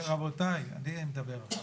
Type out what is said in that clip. רבותיי, אני מדבר עכשיו.